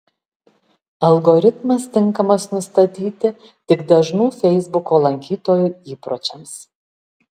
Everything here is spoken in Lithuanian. algoritmas tinkamas nustatyti tik dažnų feisbuko lankytojų įpročiams